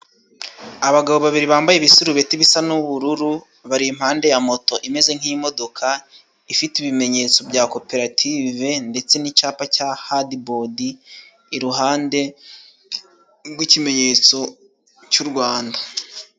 Abagabo babiri bambaye ibisurubeti bisa n'ubururu bari impande ya moto imeze nk'imodoka, ifite ibimenyetso bya koperative ndetse n'icyapa cya hadibodi iruhande rw'ikimenyetso cy'u Rwanda.